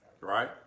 right